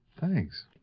Thanks